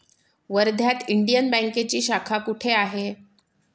वर्ध्यात इंडियन बँकेची शाखा कुठे आहे?